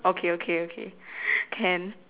okay okay okay can